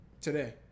Today